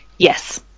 Yes